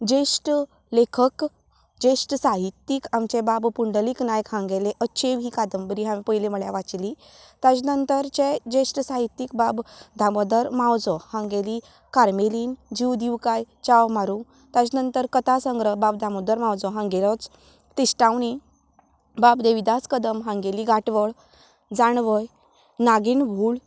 जेश्ठ लेखक जेश्ठ साहित्यीक आमचे बाब पुंडलीक नायक हांगेली अच्छेव ही कादंबरी हांवें पयली म्हळ्यार वाचिल्ली ताजे नंतरचे जेश्ठ साहित्यीक बाब दामोदर मावजो हांगेली कार्मेलीन जीव दिवूं काय च्या मारूं ताचे नंतर कथा संग्रह दामोदर मावजो हांगेलोच तिश्ठावणी बाब देविदास कदम हांगेली गांठवल जाणवय नागिणभुल